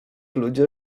ludzie